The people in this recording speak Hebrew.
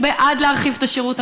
אני בעד להרחיב את השירות,